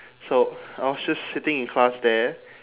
so I was just sitting in class there